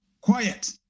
Quiet